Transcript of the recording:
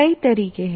कई तरीके हैं